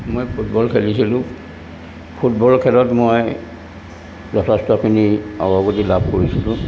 মই ফুটবল খেলিছিলোঁ ফুটবল খেলত মই যথেষ্টখিনি অৱগতি লাভ কৰিছিলোঁ